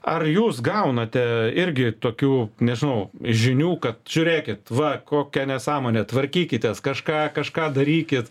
ar jūs gaunate irgi tokių nežinau žinių kad žiūrėkit va kokia nesąmonė tvarkykitės kažką kažką darykit